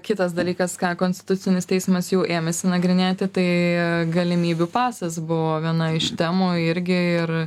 kitas dalykas ką konstitucinis teismas jau ėmėsi nagrinėti tai galimybių pasas buvo viena iš temų irgi ir